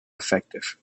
effective